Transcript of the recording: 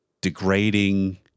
degrading